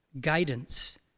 guidance